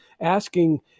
asking